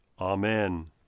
Amen